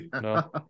No